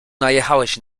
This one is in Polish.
najechałeś